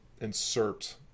insert